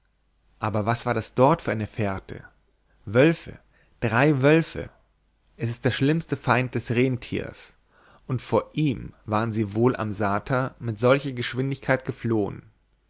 aber was war das dort für eine fährte wölfe drei wölfe es ist der schlimmste feind des renntiers und vor ihm waren sie wohl am sta mit solcher geschwindigkeit geflohen